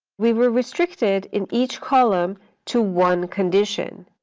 we were restricted in each column to one condition.